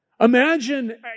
Imagine